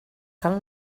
cal